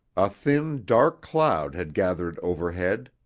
a thin, dark cloud had gathered overhead.